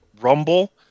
Rumble